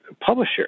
publisher